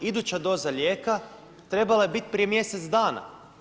Iduća doza lijeka trebala je biti prije mjesec dana.